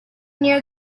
near